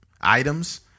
items